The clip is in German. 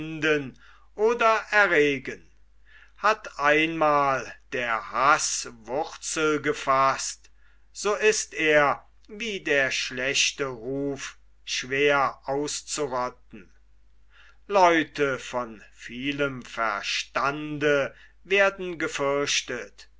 oder erregen hat einmal der haß wurzel gefaßt so ist er wie der schlechte ruf schwer auszurotten leute von vielem verstande werden gefürchtet